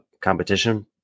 competition